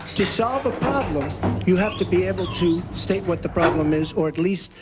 to solve a problem you have to be able to state what the problem is or at least,